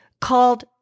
called